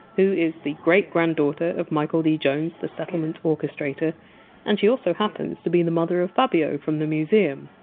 who is the great-granddaughter of michael d. jones, the settlement! s orchestrator and she also happens to be the mother of fabio from the museum.